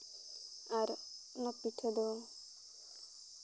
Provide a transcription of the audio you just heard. ᱟᱨ ᱚᱱᱟ ᱯᱤᱴᱷᱟᱹ ᱫᱚ